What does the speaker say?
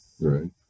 Right